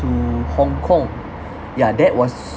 to hong kong ya that was